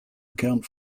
account